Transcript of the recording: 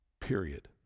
period